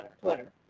Twitter